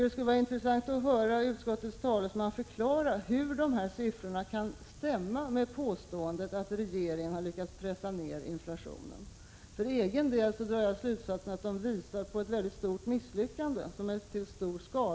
Det skulle vara intressant att höra utskottets talesman förklara hur dessa siffror stämmer med påståendet att regeringen har lyckats pressa ned inflationen. För egen del drar jag slutsatsen att de visar ett stort misslyckande.